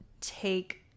take